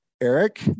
Eric